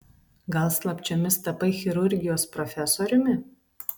gal slapčiomis tapai chirurgijos profesoriumi